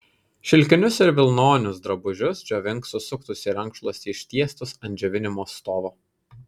šilkinius ir vilnonius drabužius džiovink susuktus į rankšluostį ištiestus ant džiovinimo stovo